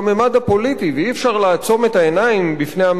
ואי-אפשר לעצום את העיניים בפני הממד הפוליטי הזה,